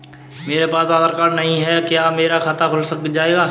मेरे पास आधार कार्ड नहीं है क्या मेरा खाता खुल जाएगा?